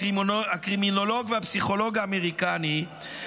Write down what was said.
הקרימינולוג והפסיכולוג האמריקני,